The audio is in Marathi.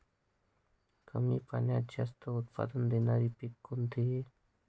कमी पाण्यात जास्त उत्त्पन्न देणारे पीक कोणते?